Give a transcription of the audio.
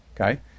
okay